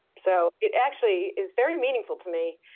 so it actually is very meaningful to me,